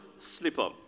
Slipper